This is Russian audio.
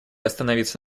остановиться